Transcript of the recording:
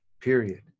period